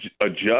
adjust